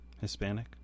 Hispanic